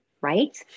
right